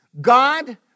God